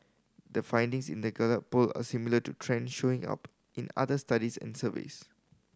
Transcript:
the findings in the Gallup Poll are similar to trend showing up in other studies and surveys